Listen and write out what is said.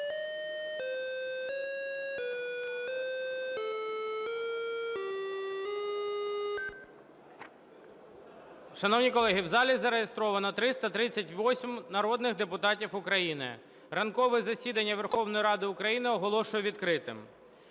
Шановні колеги, в залі зареєстровано 338 народних депутатів України. Ранкове засідання Верховної Ради України оголошую відкритим.